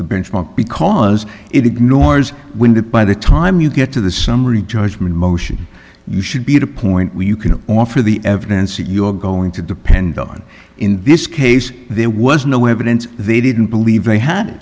benchmark because it ignores when did by the time you get to the summary judgment motion you should be at a point where you can offer the evidence your going to depend on in this case there was no evidence they didn't believe they had